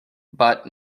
but